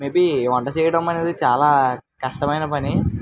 maybe వంట చేయడం అనేది చాలా కష్టమైన పని